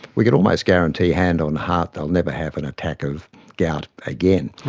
we can almost guarantee, hand on heart, they'll never have an attack of gout again.